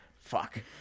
fuck